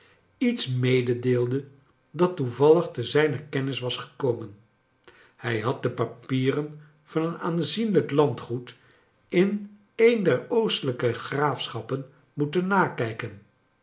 iets meecleelde dat toevallig te zijner kennis was gekomen hij had de papieren van een aanzienlijk landgoed in een der oostelijke graafschappen moeten nakijken